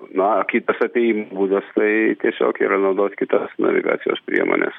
na kitas apėjimo būdas tai tiesiog yra naudot kitas navigacijos priemones